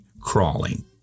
crawling